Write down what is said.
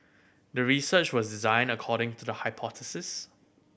the research was designed according to the hypothesis